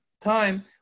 time